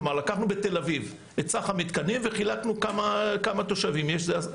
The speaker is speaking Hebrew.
כלומר לקחנו בתל אביב את סך המתקנים וחילקנו כמה תושבים יש.